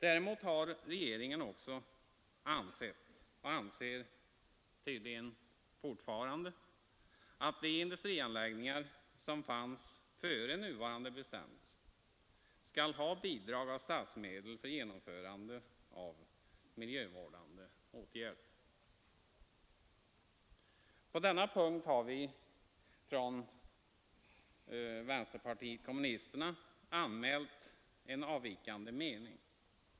Däremot har regeringen ansett — och anser tydligen fortfarande — att de industrier, vilkas anläggningar fanns innan nuvarande bestämmelser trädde i kraft, skall ha bidrag av statsmedel för genomförande av miljövårdande åtgärder. På denna punkt har vänsterpartiet kommunisterna anmält avvikande mening.